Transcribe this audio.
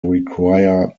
require